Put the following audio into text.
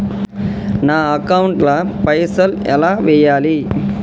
నా అకౌంట్ ల పైసల్ ఎలా వేయాలి?